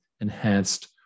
enhanced